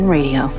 Radio